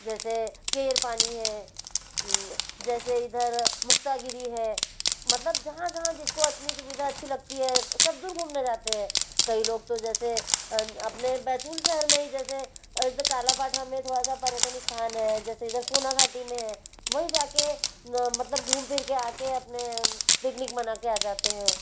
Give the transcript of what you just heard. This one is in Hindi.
जैसे केरपानी है जैसे इधर मुक्तागिरी है मतलब जहाँ जहाँ जिसको अपनी सुविधा अच्छी लगती है सब दूर घूमने जाते हैं कई लोग तो जैसे अपने बैतूल शहर में ही जैसे जो कालापाठा में थोड़ा सा पर्यटन स्थान है जैसे इधर सोनाघाटी में है वहीं जाके मतलब घूम फिर के आके अपने पिकनिक मनाके आ जाते हैं